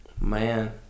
Man